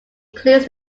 includes